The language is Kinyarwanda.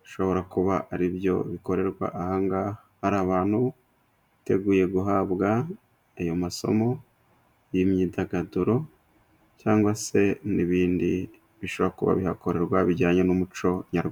hashobora kuba aribyo bikorerwa aha ngaha, hari abantu biteguye guhabwa ayo masomo y'imyidagaduro, cyangwa se n'ibindi bishobora kuba bihakorerwa, bijyanye n'umuco nyarwa...